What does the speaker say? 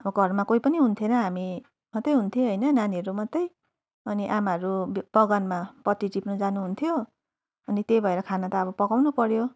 घरमा कोही पनि हुन्थेन हामी मात्रै हुन्थौँ होइन नानीहरू मात्रै अनि आमाहरू बगानमा पत्ती टिप्नु जानुहुन्थ्यो अनि त्यही भएर खाना त अब पकाउनु पऱ्यो